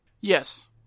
Yes